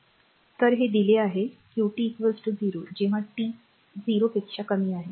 तर हे दिले आहे qt 0 जेव्हा टी 0 पेक्षा कमी आहे